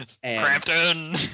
Crampton